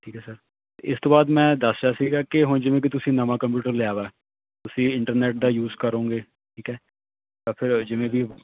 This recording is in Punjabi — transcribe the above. ਠੀਕ ਹੈ ਸਰ ਇਸ ਤੋਂ ਬਾਅਦ ਮੈਂ ਦੱਸ ਰਿਹਾ ਸੀਗਾ ਕਿ ਹੁਣ ਜਿਵੇਂ ਕਿ ਤੁਸੀਂ ਨਵਾਂ ਕੰਪਿਊਟਰ ਲਿਆ ਵਾ ਤੁਸੀਂ ਇੰਟਰਨੈਟ ਦਾ ਯੂਜ ਕਰੋਂਗੇ ਠੀਕ ਹੈ ਤਾਂ ਫਿਰ ਜਿਵੇਂ ਕਿ